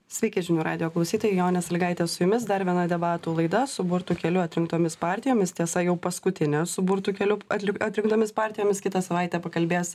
sveiki žinių radijo klausytojai jonė salygaitė su jumis dar viena debatų laida su burtų keliu atrinktomis partijomis tiesa jau paskutinė su burtų keliu atlik atrinktomis partijomis kitą savaitę pakalbės